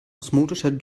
osmotischer